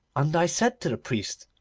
and i said to the priest,